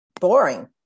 boring